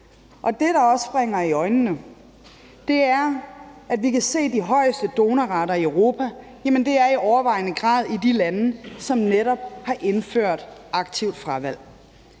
Det, der springer i øjnene, er, at vi kan se, at de højeste donorrater i Europa i overvejende grad er i de lande, som netop har indført aktivt fravalg.